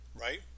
right